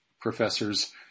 professors